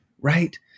right